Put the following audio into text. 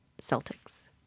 Celtics